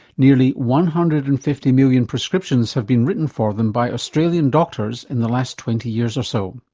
nearly one hundred and fifty million prescriptions have been written for them by australian doctors in the last twenty years or so.